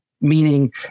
meaning